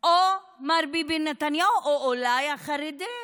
או מר ביבי נתניהו או אולי החרדים?